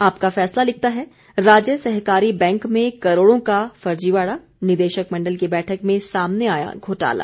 आपका फैसला लिखता है राज्य सहकारी बैंक में करोड़ों का फर्जीबाड़ा निदेशक मंडल की बैठक में सामने आया घोटाला